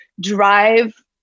drive